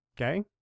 okay